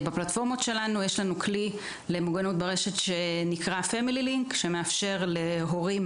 בפלטפורמות של גוגל יש כלי ששמו --- שמאפשר להורים